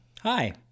Hi